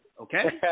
Okay